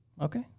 Okay